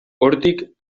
hortik